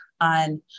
on